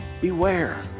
beware